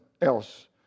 else